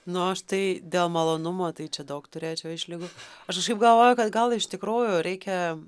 nu aš tai dėl malonumo tai čia daug turėčiau išlygų aš šiaip galvoju kad gal iš tikrųjų reikia